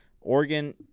Oregon